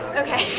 okay.